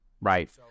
right